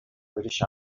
british